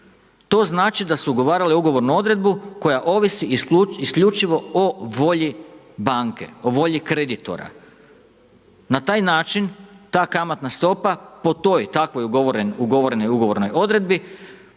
To znači da su ugovarale ugovornu odredbu koja ovisi isključivo o volji banke, o volji kreditora. Na taj način ta kamatna stopa po toj, takvoj ugovorenoj ugovornoj odredbi